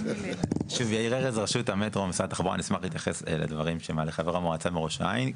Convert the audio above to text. אני אשמח להתייחס לדברים שאמר חבר המועצה מראש העין.